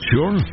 Sure